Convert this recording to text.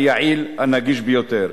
היעיל והנגיש ביותר.